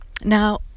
Now